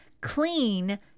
Clean